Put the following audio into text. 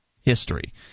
history